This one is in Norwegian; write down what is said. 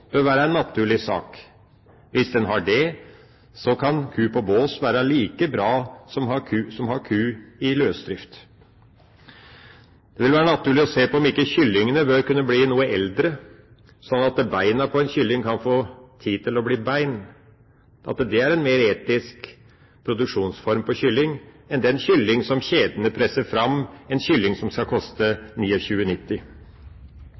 bør være en naturlig sak. Hvis man har det, kan ku på bås være like bra som å ha ku i løsdrift. Det vil være naturlig å se på om ikke kyllingene bør kunne bli noe eldre, slik at beina på en kylling kan få tid til å bli bein. Det vil være en mer etisk produksjonsform for kylling enn den som kjedene presser fram – en kylling som skal